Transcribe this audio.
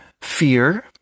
fear